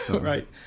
right